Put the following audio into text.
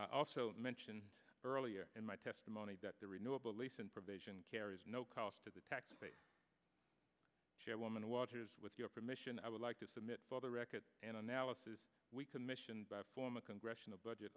also mentioned earlier in my testimony that the renewable lease in provision carries no cost to the taxpayer chairwoman waters with your permission i would like to submit by the record an analysis we commissioned by former congressional budget